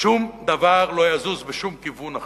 שום דבר לא יזוז בשום כיוון אחר.